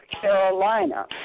Carolina